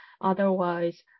Otherwise